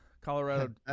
Colorado